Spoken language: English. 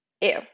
Ew